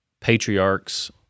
patriarchs